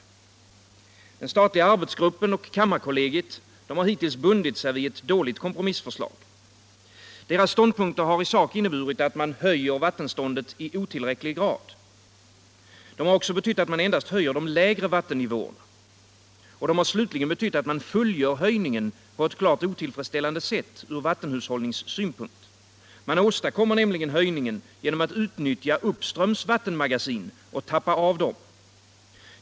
Den statliga arbetsgruppen och kammarkollegiet har hittills bundit sig vid ett dåligt kompromissförslag. Deras ståndpunkter har i sak inneburit att man höjer vattenståndet i otillräcklig grad. De har också betytt att man endast höjer de lägre vattennivåerna, och de har slutligen betytt att man fullgör höjningen på ett klart otillfredsställande sätt ur vattenhushållningssynpunkt. Man åstadkommer nämligen höjningen genom att utnyttja och tappa av uppströms vattenmagasin.